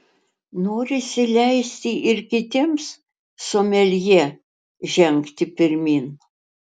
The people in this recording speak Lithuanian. norisi leisti ir kitiems someljė žengti pirmyn